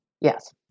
Yes